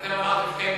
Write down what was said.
אתם אמרתם שתי מדינות?